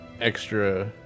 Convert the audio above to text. extra